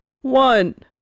one